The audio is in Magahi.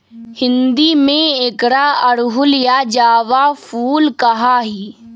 हिंदी में एकरा अड़हुल या जावा फुल कहा ही